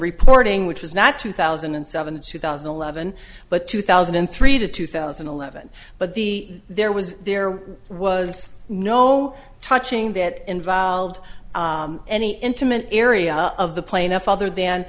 reporting which was not two thousand and seven two thousand and eleven but two thousand and three to two thousand and eleven but the there was there was no touching that involved any intimate area of the plane at other than